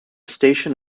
station